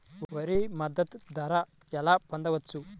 వరి మద్దతు ధర ఎలా పొందవచ్చు?